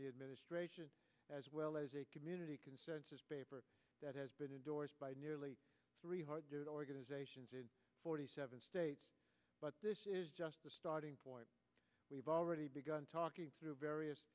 the administration as well as a community consensus that has been endorsed by nearly three hundred organizations in forty seven states but this is just a starting point we've already begun talking through various